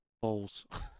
Balls